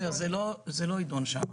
סביר מאוד להניח שזה לא יידון שם.